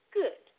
good